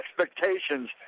expectations